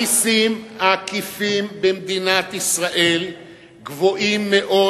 המסים העקיפים במדינת ישראל גבוהים מאוד